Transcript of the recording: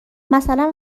مثلا